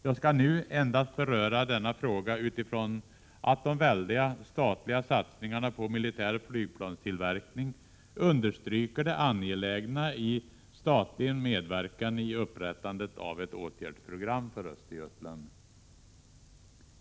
Jag skall nu endast beröra denna fråga utifrån att de väldiga statliga satsningarna på militär flygplanstillverkning understryker det angelägna i statlig medverkan i upprättandet av ett åtgärdsprogram för Östergötland.